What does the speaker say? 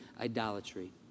idolatry